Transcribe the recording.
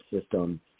system